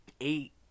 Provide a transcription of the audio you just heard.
eight